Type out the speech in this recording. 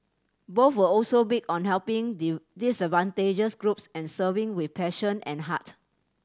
both were also big on helping disadvantaged groups and serving with passion and heart